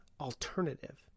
alternative